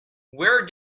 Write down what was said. where